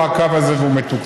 תודה